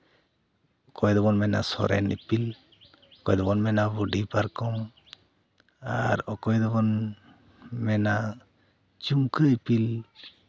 ᱚᱠᱚᱭ ᱫᱚᱵᱚᱱ ᱢᱮᱱᱟ ᱥᱚᱨᱮᱱ ᱤᱯᱤᱞ ᱚᱠᱚᱭ ᱫᱚᱵᱚᱱ ᱢᱮᱱᱟ ᱵᱩᱰᱷᱤ ᱯᱟᱨᱠᱚᱢ ᱟᱨ ᱚᱠᱚᱭ ᱫᱚᱵᱚᱱ ᱢᱮᱱᱟ ᱡᱷᱩᱢᱠᱟᱹ ᱤᱯᱤᱞ